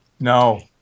No